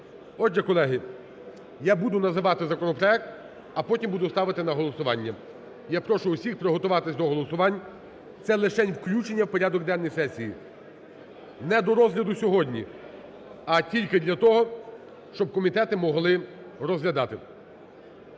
Отже, колеги я буду називати законопроект, а потім буду ставити на голосування. Я прошу всіх приготувати до голосувань, це лишень включення в порядок денний сесії, не до розгляду сьогодні, а тільки для того, щоб комітети могли розглядати.